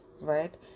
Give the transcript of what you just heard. right